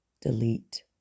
delete